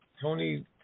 Tony